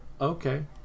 okay